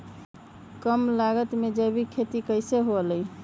कम लागत में जैविक खेती कैसे हुआ लाई?